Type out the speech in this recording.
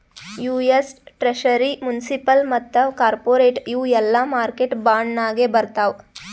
US treasury, municipal ಮತ್ತ corporate ಇವು ಎಲ್ಲಾ ಮಾರ್ಕೆಟ್ ಬಾಂಡ್ ನಾಗೆ ಬರ್ತಾವ್